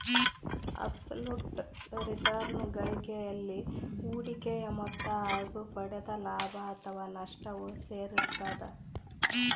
abs ಲುಟ್ return ಗಳಿಕೆಯಲ್ಲಿ ಹೂಡಿಕೆಯ ಮೊತ್ತ ಹಾಗು ಪಡೆದ ಲಾಭ ಅಥಾವ ನಷ್ಟವು ಸೇರಿರ್ತದ